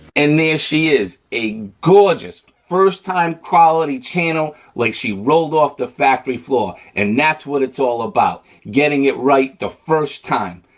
and there she is a gorgeous, first-time-quality channel, like she rolled off the factory floor, and that's what it's all about, getting it right the first time.